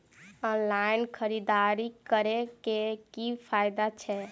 Online खरीददारी करै केँ की फायदा छै?